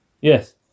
Yes